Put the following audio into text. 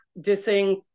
dissing